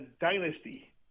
dynasty